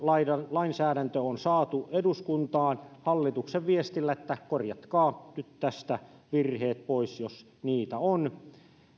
lainsäädäntö on saatu eduskuntaan hallituksen viestillä että korjatkaa nyt tästä virheet pois jos niitä on